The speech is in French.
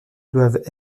doivent